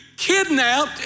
kidnapped